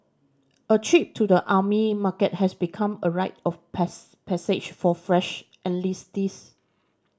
a trip to the Army Market has become a rite of passage for fresh enlistees